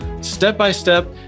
step-by-step